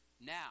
now